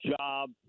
job